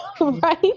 Right